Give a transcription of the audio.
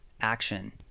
action